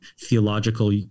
Theological